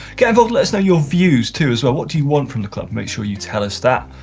kind of let us know your views too as well, what do you want from the club? make sure you tell us that.